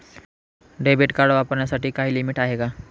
Debit card वापरण्यासाठी काही limit आहे का?